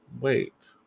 wait